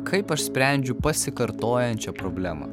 kaip aš sprendžiu pasikartojančią problemą